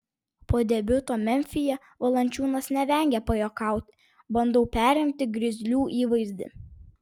po debiuto memfyje valančiūnas nevengė pajuokauti bandau perimti grizlių įvaizdį